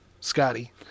Scotty